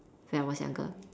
when I was younger